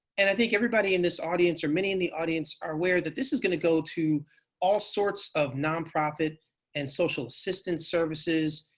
and i think everybody in this audience, or many in the audience, are aware that this is going to go to all sorts of nonprofit and social assistance services,